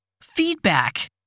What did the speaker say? Feedback